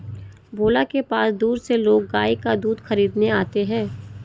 भोला के पास दूर से लोग गाय का दूध खरीदने आते हैं